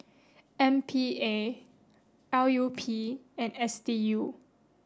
M P A L U P and S D U